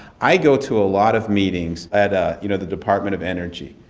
i go to a lot of meetings at ah you know the department of energy.